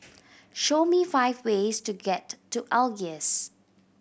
show me five ways to get to Algiers